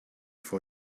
for